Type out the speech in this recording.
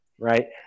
right